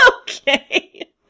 Okay